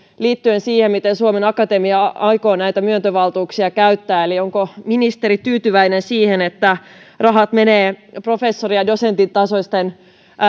liittyen siihen miten suomen akatemia aikoo näitä myöntövaltuuksia käyttää onko ministeri tyytyväinen siihen että rahat menevät professori ja dosenttitasoisten